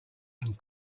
and